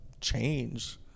change